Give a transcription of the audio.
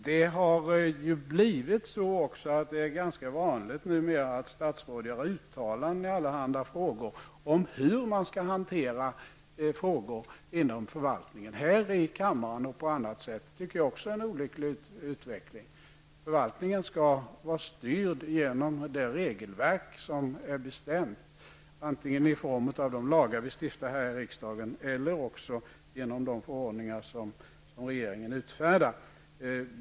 Det har numera blivit ganska vanligt att statsråd gör uttalanden i allehanda frågor, om hur man skall hantera frågor inom förvaltningen, här i kammaren och på annat sätt. Det tycker jag också är en olycklig utveckling. Förvaltningen skall vara styrd genom det regelverk som är bestämt, antingen i form av de lagar vi stiftar här i riksdagen eller genom de förordningar som regeringen utfärdar.